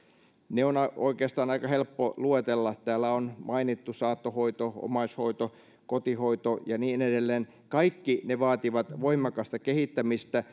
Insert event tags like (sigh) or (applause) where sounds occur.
ne on on oikeastaan aika helppo luetella täällä on mainittu saattohoito omaishoito kotihoito ja niin edelleen kaikki ne vaativat voimakasta kehittämistä (unintelligible)